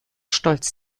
stolz